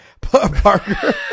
Parker